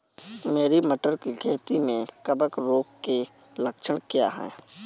मेरी मटर की खेती में कवक रोग के लक्षण क्या हैं?